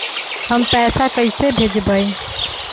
हम पैसा कईसे भेजबई?